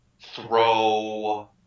throw